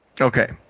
Okay